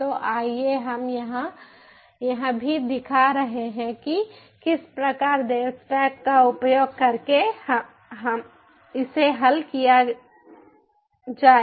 तो आइए हम यहां यह भी दिखा रहे हैं कि किस प्रकार देवस्टैक का उपयोग करके इसे हल किया जाए